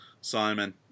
Simon